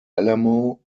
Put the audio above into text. alamo